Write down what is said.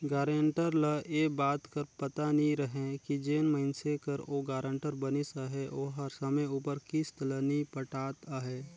guarantor ल ए बात कर पता नी रहें कि जेन मइनसे कर ओ गारंटर बनिस अहे ओहर समे उपर किस्त ल नी पटात अहे